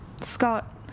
Scott